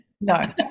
no